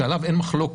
שעליו אין מחלוקת,